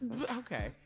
Okay